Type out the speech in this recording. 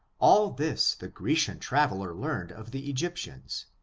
all this the grecian traveler learned of the egyptians,